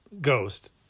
ghost